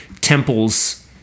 temples